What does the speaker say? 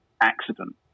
accident